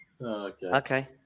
Okay